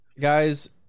guys